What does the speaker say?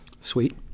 sweet